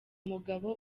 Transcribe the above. mugabo